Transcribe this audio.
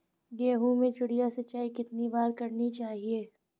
गेहूँ में चिड़िया सिंचाई कितनी बार करनी चाहिए?